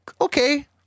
okay